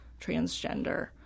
transgender